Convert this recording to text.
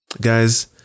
Guys